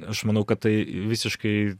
aš manau kad tai visiškai